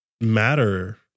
matter